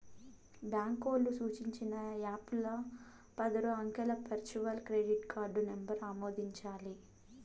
బాంకోల్లు సూచించిన యాపుల్ల పదారు అంకెల వర్చువల్ క్రెడిట్ కార్డు నంబరు ఆమోదించాలి